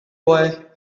boy